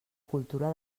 cultura